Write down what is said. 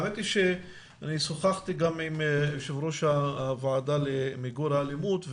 האמת היא שאני שוחחתי עם יושב ראש הוועדה למיגור האלימות,